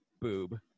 boob